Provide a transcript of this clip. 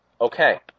Okay